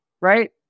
right